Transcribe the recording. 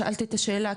שאלתי את השאלה,